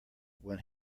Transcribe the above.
when